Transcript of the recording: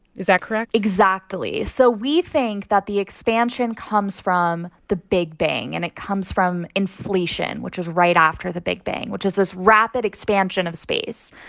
is that correct? exactly. so we think that the expansion comes from the big bang and it comes from inflation, inflation, which was right after the big bang, which is this rapid expansion of space.